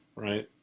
right.